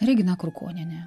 regina krukonienė